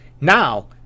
now